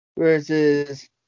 Versus